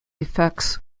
effects